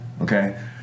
Okay